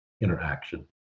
interaction